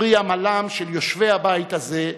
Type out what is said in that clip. פרי עמלם של יושבי הבית הזה,